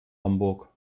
hamburg